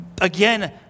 again